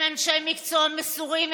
הם אנשי מקצוע מסורים,